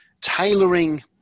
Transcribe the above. tailoring